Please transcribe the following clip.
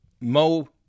Mo